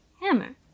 hammer